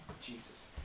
Jesus